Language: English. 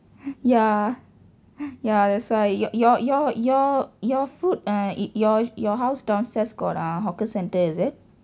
ya ya that's why your your your your your food uh it your your house downstairs got uh hawker center is it